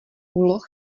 úloh